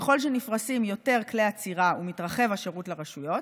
ככל שנפרסים יותר כלי אצירה ומתרחב השירות לרשויות,